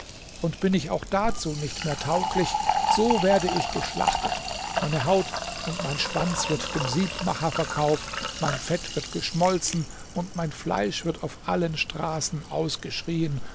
und bin ich auch dazu nicht mehr tauglich so werde ich geschlachtet meine haut und mein schwanz wird dem siebmacher verkauft mein fett wird geschmolzen und mein fleisch wird auf allen straßen ausgeschrien